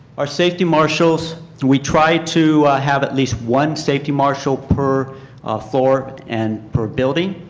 are safety marshals we tried to have at least one safety marshall per floor and per building.